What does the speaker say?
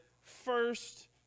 first